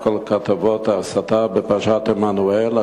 כל כתבות ההסתה בפרשת עמנואל,